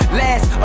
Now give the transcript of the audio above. last